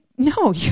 No